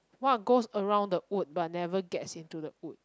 what goes around the wood but never gets in to the wood